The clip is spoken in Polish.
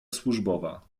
służbowa